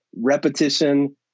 repetition